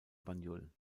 banjul